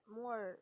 more